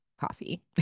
coffee